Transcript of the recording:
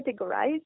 categorize